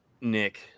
Nick